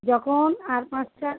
যখন আর পাঁচটা